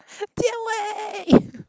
jian wei